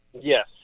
Yes